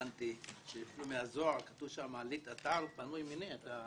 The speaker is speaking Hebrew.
אפילו בזוהר כתוב "לית אתר פנוי מיניה".